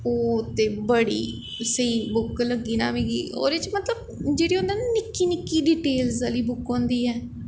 ओह् ते बड़ी स्हेई बुक लग्गी ना मिगी ओह्दे च मतलब जेह्ड़ी होंदी ना निक्की निक्की डिटेलस आह्ली बुक होंदी ऐ